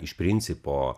iš principo